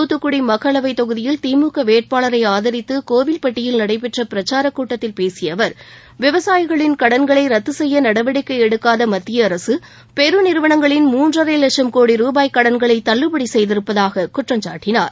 தூத்துக்குடி மக்களவை தொகுதியில் திமுக வேட்பாளரை ஆதரித்து கோவில்பட்டியில் நடைபெற்ற பிரச்சாரக் கூட்டத்தில் பேசிய அவர் விவசாயிகளின் கடன்களை ரத்து செய்ய நடவடிக்கை எடுக்காத பெரு நிறுவனங்களின் மூன்றரை லட்சம் கோடி ரூபாய் கடன்களை தள்ளுபடி மத்திய செய்திருப்பதாக குற்றம் சாட்டினார்